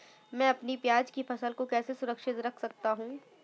मैं अपनी प्याज की फसल को कैसे सुरक्षित रख सकता हूँ?